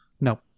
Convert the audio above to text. No